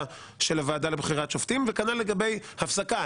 של הוועדה לבחירת שופטים וכנ"ל לגבי הפסקה.